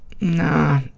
nah